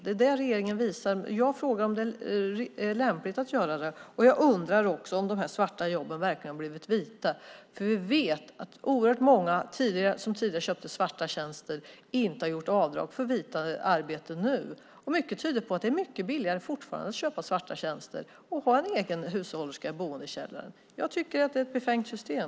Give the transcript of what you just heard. Det är det regeringen visar. Jag frågar om det är lämpligt att göra det. Jag undrar också om de här svarta jobben verkligen har blivit vita, för vi vet att oerhört många som tidigare köpte svarta tjänster inte har gjort avdrag för vita arbeten nu. Mycket tyder på att det fortfarande är mycket billigare att köpa svarta tjänster och ha en egen hushållerska boende i källaren. Jag tycker att det är ett befängt system.